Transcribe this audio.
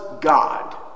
God